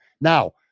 now